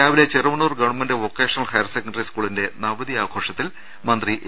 രാവിലെ Cheruvannur government vocational higher secondary സ്കൂളിന്റെ നവതി ആഘോഷത്തിൽ മന്ത്രി എ